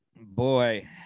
Boy